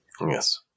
yes